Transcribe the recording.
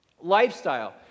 lifestyle